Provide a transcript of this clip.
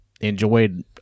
enjoyed